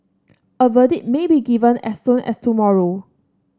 a verdict may be given as soon as tomorrow